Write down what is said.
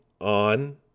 on